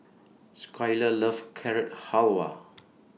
Skyler loves Carrot Halwa